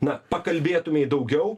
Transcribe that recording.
na pakalbėtumei daugiau